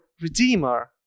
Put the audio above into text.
Redeemer